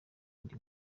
ndi